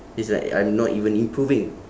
it's like I'm not even improving